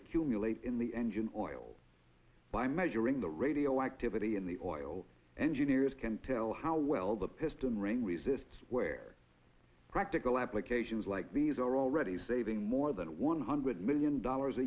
accumulate in the engine oil by measuring the radioactivity in the oil engineers can tell how well the piston ring resists where practical applications like these are already saving more than one hundred million dollars a